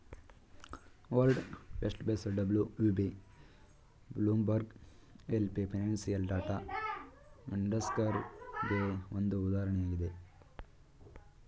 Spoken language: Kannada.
world Vest Base WVB, Bloomberg LP financial data ವೆಂಡರ್ಸ್ಗೆಗೆ ಒಂದು ಉದಾಹರಣೆಯಾಗಿದೆ